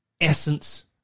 essence